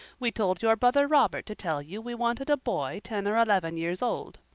we told your brother robert to tell you we wanted a boy ten or eleven years old.